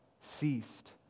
ceased